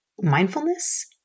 mindfulness